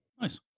Nice